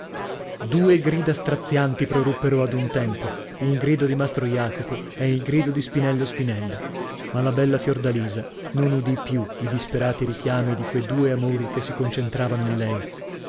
due grida strazianti proruppero ad un tempo il grido di mastro jacopo e il grido di spinello spinelli ma la bella fiordalisa non udì più i disperati richiami di que due amori che si concentravano in lei